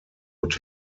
would